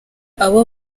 abo